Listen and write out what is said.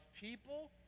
people